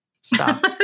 Stop